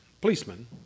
policeman